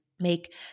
make